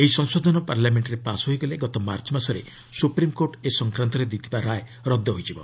ଏହି ସଂଶୋଧନ ପାର୍ଲାମେଣ୍ଟରେ ପାସ୍ ହୋଇଗଲେ ଗତ ମାର୍ଚ୍ଚ ମାସରେ ସୁପ୍ରିମ୍କୋର୍ଟ ଏ ସଂକ୍ରାନ୍ତରେ ଦେଇଥିବା ରାୟ ରଦ୍ଦ ହୋଇଯିବ